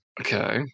okay